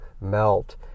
melt